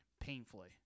painfully